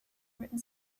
written